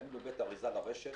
קנינו בית אריזה לרשת,